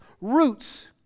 roots